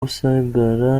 gusigara